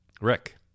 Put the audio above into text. Rick